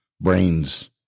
brains